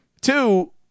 two